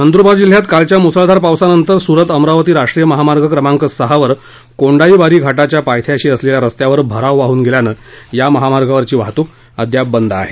नंदुरबार जिल्ह्यात कालच्या मुसळधार पावसानंतर सुरत अमरावती राष्ट्रीय महामार्ग क्रमांक सहावर कोंडाईबारी घाटाच्या पायथ्याशी असलेल्या रस्त्यावर भराव वाहन गेल्यानं या महामार्गावरील वाहतुक अद्यापही बंद आहे